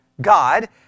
God